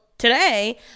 Today